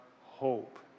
hope